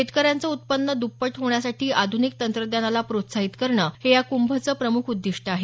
शेतकऱ्यांच उत्पन्न दुप्पट होण्यासाठी आध्निक तंत्रज्ञानाला पोत्साहित करणं हे या कुंभचं प्रमुख उद्दिष्ट आहे